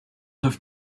have